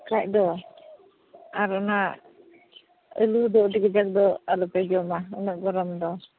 ᱵᱟᱠᱷᱟᱱ ᱫᱚ ᱟᱨ ᱚᱱᱟ ᱟᱹᱞᱩ ᱫᱚ ᱟᱹᱰᱤ ᱠᱟᱡᱟᱠ ᱫᱚ ᱟᱞᱚᱯᱮ ᱡᱚᱢᱟ ᱩᱱᱟᱹᱜ ᱜᱚᱨᱚᱢ ᱫᱚ